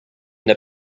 the